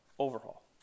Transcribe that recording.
overhaul